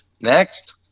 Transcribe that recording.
Next